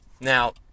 Now